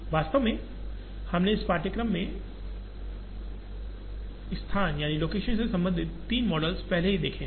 वास्तव में हमने इस पाठ्यक्रम में हमने स्थानलोकेशन से संबंधित तीन मॉडल्स पहले ही देखे हैं